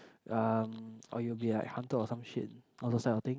um or you will be like hunted or some shit all those kind of thing